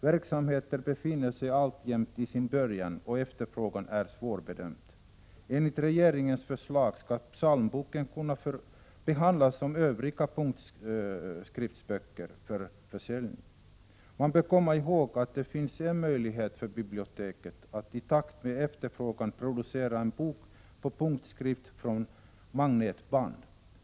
Verksamheten befinner sig alltjämt i sin början, och efterfrågan är svårbedömd. Enligt regeringens förslag skall psalmboken kunna behandlas som övriga punktskriftsböcker för försäljning. Man bör komma ihåg att det finns en möjlighet för biblioteket att i takt med efterfrågan producera en bok på punktskrift från magnetband.